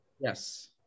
Yes